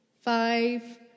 five